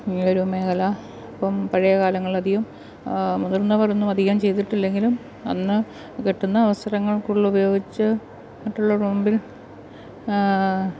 ഈ ഒരു മേഖല ഇപ്പം പഴയ കാലങ്ങളധികം മുതിർന്നവരൊന്നും അധികം ചെയ്തിട്ടില്ലെങ്കിലും അന്ന് കിട്ടുന്ന അവസരങ്ങൾ കൂടുതൽ ഉപയോഗിച്ച് മറ്റുള്ളവരുടെ മുൻപിൽ